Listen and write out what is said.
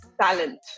talent